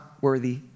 worthy